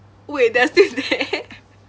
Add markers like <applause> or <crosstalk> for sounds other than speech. wait they are still there <laughs>